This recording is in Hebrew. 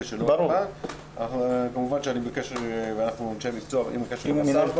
אנחנו אנשי מקצוע ואני בקשר עם השר.